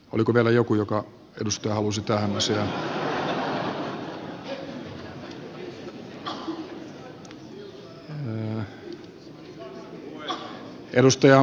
oliko vielä joku edustaja joka halusi tähän asiaan